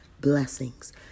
blessings